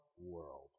world